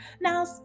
Now